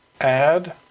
add